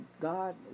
God